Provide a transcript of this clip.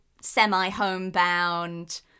semi-homebound